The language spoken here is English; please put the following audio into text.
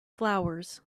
flowers